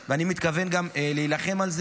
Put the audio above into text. ואני מתכוון גם להילחם על זה.